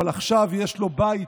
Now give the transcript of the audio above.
אבל עכשיו יש לו בית